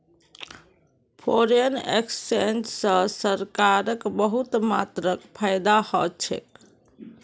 foreign exchange स सरकारक बहुत मात्रात फायदा ह छेक